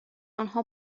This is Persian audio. آنها